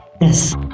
Yes